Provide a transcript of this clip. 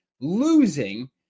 Losing